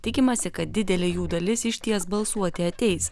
tikimasi kad didelė jų dalis išties balsuoti ateis